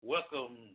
Welcome